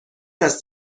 است